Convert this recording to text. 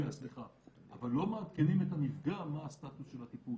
אבל לא מעדכנים את הנפגע על מה הסטטוס של הטיפול.